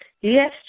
yes